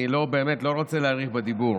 אני באמת לא רוצה להאריך בדיבור,